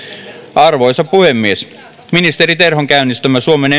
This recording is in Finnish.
arvoisa puhemies ministeri terhon käynnistämä suomen